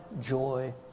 joy